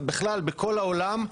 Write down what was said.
ובכלל בכל העולם,